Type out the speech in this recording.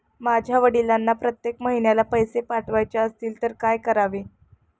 माझ्या वडिलांना प्रत्येक महिन्याला पैसे पाठवायचे असतील तर काय करावे?